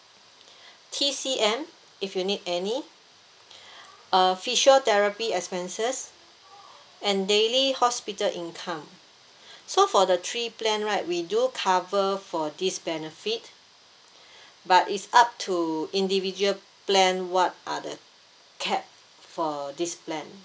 T_C_M if you need any uh physiotherapy expenses and daily hospital income so for the three plan right we do cover for this benefit but it's up to individual plan what are the cap for this plan